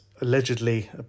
allegedly